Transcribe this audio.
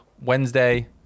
Wednesday